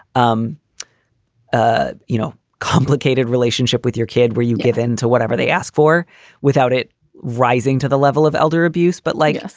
um ah you know, complicated relationship with your kid, where you give in to whatever they ask for without it rising to the level of elder abuse. but like us,